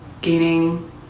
gaining